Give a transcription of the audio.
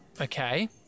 Okay